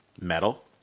metal